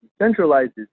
decentralizes